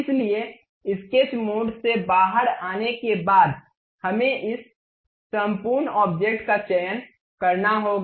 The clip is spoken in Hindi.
इसलिए स्केच मोड से बाहर आने के बाद हमें इस संपूर्ण ऑब्जेक्ट का चयन करना होगा